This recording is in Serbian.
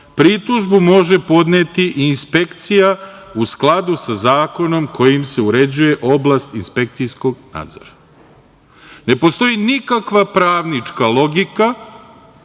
pritužbu može podneti inspekcija u skladu sa zakonom kojim se uređuje oblast inspekcijskog nadzora. Ne postoji nikakva pravnička logika